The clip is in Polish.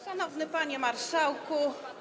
Szanowny Panie Marszałku!